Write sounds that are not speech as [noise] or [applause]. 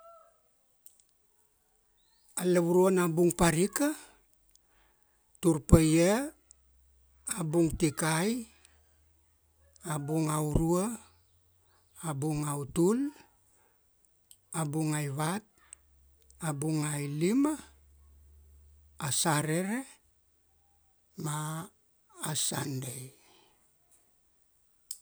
[noise] A lavurua na bung parika, tur paia, a bung tikai, a bung aurua, a bung autul, a bung aivat, a bung ailima, a Sarere, ma a Sunday.